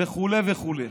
וכו' וכו'.